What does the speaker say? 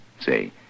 Say